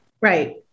Right